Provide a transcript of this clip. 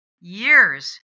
years